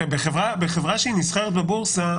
בחברה שהיא נסחרת בבורסה,